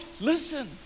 listen